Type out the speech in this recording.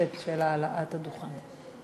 התוספת של העלאת הדוכן.